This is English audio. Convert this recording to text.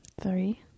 Three